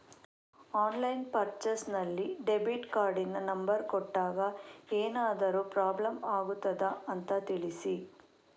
Online purchase ನಲ್ಲಿ debit ಕಾರ್ಡಿನ number ಕೊಟ್ಟಾಗ ಏನಾದರೂ ಪ್ರಾಬ್ಲಮ್ ಆಗುತ್ತದ ಅಂತ ತಿಳಿಸಿ?